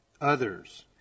others